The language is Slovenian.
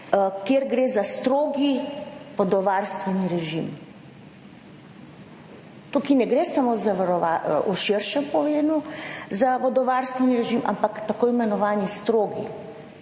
kjer gre za strogi vodovarstveni režim. Tukaj ne gre samo za v širšem pomenu za vodovarstveni režim, ampak tako imenovani strogi.